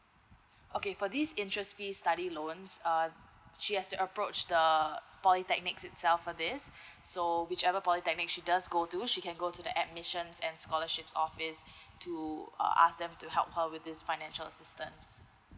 okay for this interest free study loans err she has to approach the polytechnics itself for this so whichever polytechnic she does go to she can go to the admissions and scholarships office to uh ask them to help her with this financial assistance